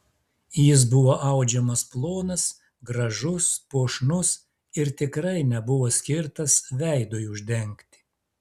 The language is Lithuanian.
jis buvo audžiamas plonas gražus puošnus ir tikrai nebuvo skirtas veidui uždengti